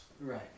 Right